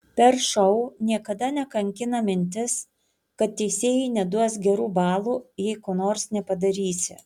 per šou niekada nekankina mintis kad teisėjai neduos gerų balų jei ko nors nepadarysi